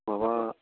माबा